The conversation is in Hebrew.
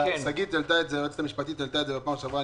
שגית היועצת המשפטית העלתה את זה בפעם שעברה,